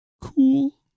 cool